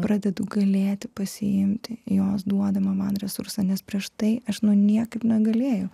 pradedu galėti pasiimti jos duodamą man resursą nes prieš tai aš nu niekaip negalėjau